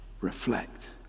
reflect